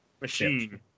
Machine